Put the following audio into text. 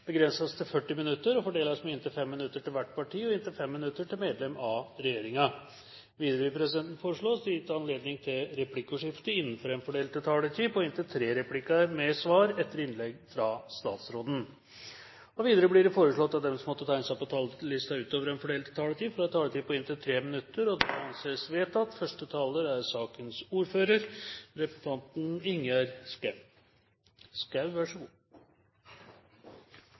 begrenses til 40 minutter og fordeles med inntil 5 minutter til hvert parti og inntil 5 minutter til medlem av regjeringen. Videre vil presidenten foreslå at det gis anledning til replikkordskifte på inntil tre replikker med svar etter innlegg fra statsråden innenfor den fordelte taletid. Videre blir det foreslått at de som måtte tegne seg på talerlisten utover den fordelte taletid, får en taletid på inntil 3 minutter. – Det anses vedtatt.